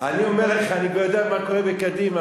אני כבר יודע מה קורה בקדימה.